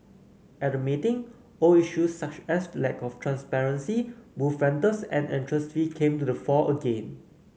at the meeting old issues such as lack of transparency booth rentals and entrance fees came to the fore again